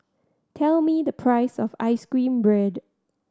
tell me the price of ice cream bread